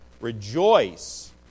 Rejoice